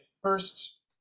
first